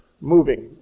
moving